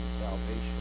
salvation